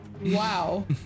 Wow